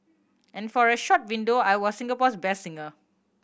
and for a short window I was Singapore's best singer